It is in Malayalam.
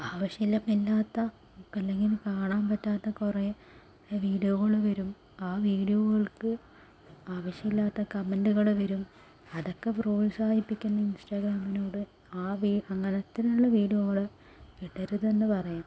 ആവശ്യം ഉള്ളപ്പോൾ ഇല്ലാത്ത അല്ലെങ്കില് കാണാൻ പറ്റാത്ത കുറെ വീഡിയോകൾ വരും ആ വീഡിയോകൾക്ക് ആവശ്യമില്ലാത്ത കമന്റുകൾ വരും അതൊക്കെ പ്രോത്സാഹിപ്പിക്കുന്ന ഇൻസ്റ്റഗ്രാമിനോട് ആ വീ അങ്ങനത്തെയുള്ള വീഡിയോകള് ഇടരുതെന്ന് പറയാം